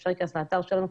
אפשר להיכנס לאתר שלנו.